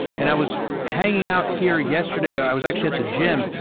and i was hanging out here yesterday. i was actually at the gym.